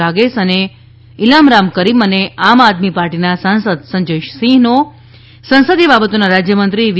રાગેશ અને ઇલામરામ કરીમ અને આમ આદમી પાર્ટીના સાંસદ સંજય સિંહને સંસદીય બાબતોના રાજ્યમંત્રી વી